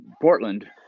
Portland